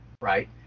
right